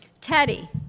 Teddy